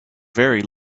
very